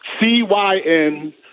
C-Y-N